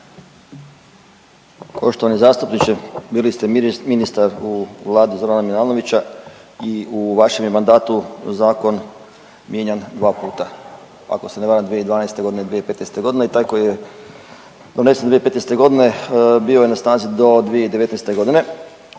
Poštovani zastupniče, bili ste ministar u vladi Zorana Milanovića i u vašem je mandatu zakon mijenjan dva puta. Ako se ne varam, 2012. g. i 2015. g. i taj koji je donesen 2015. g. bio je na snazi do 2019. g.